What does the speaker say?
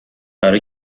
برا